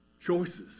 Choices